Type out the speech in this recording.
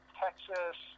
texas